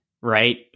right